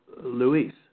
Luis